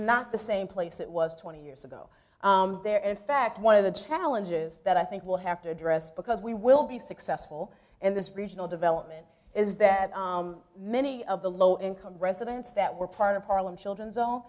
not the same place it was twenty years there in fact one of the challenges that i think we'll have to address because we will be successful in this regional development is that many of the low income residents that were part of harlem children zone